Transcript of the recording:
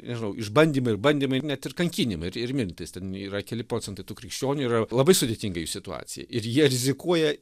nežinau išbandymai ir bandymai net ir kankinimai ir ir mirtys ten yra keli procentai tų krikščionių yra labai sudėtinga jų situacija ir jie rizikuoja